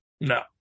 No